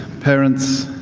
parents,